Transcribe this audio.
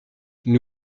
nous